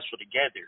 together